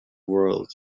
world